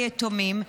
ליתומים,